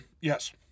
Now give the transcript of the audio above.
Yes